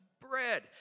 bread